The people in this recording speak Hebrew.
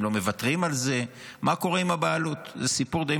הם לא מוותרים על זה?